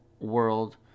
world